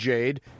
Jade